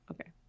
okay